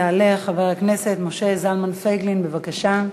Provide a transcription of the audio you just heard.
יעלה חבר הכנסת משה זלמן פייגלין, בבקשה.